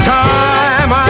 time